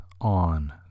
on